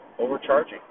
overcharging